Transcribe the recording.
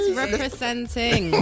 representing